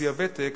בשיא הוותק,